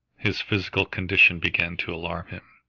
his physical condition began to alarm him.